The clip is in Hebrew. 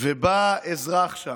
ובא לשם אזרח,